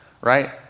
right